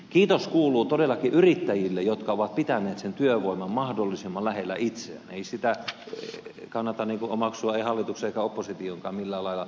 kiitos kuuluu todellakin yrittäjille jotka ovat pitäneet sen työvoiman mahdollisimman lähellä itseään ei sitä kannata omaksua hallituksen eikä oppositionkaan millään lailla itselleen